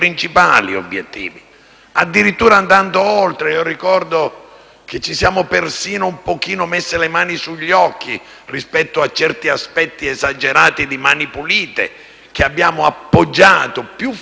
addirittura andando oltre. Io ricordo che ci siamo persino messi un po' le mani sopra gli occhi rispetto a certi aspetti esagerati di Mani pulite, che abbiamo appoggiato forse più di quanto,